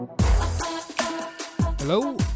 Hello